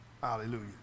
Hallelujah